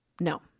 No